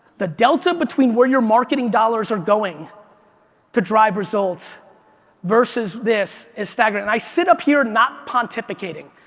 the delta between where your marketing dollars are going to drive results versus this is staggering. and i sit up here not pontificating.